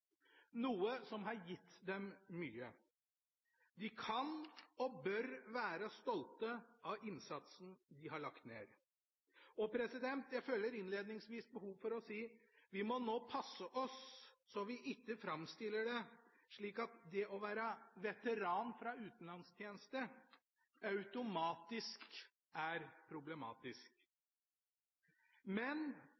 noe som har gitt dem mye. De kan og bør være stolte av innsatsen de har lagt ned. Jeg føler innledningsvis behov for å si at vi nå må passe oss så vi ikke framstiller det slik at det å være veteran fra utenlandstjeneste automatisk er problematisk.